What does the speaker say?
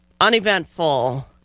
uneventful